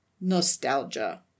Nostalgia